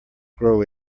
grow